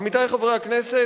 עמיתי חברי הכנסת,